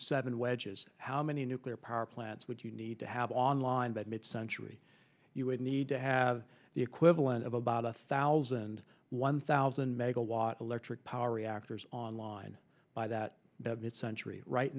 seven wedges how many nuclear power plants would you need to have on line that mid century you would need to have the equivalent of about a thousand one thousand megawatt electric power reactors online by that mid century right